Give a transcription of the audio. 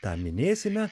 tą minėsime